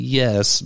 yes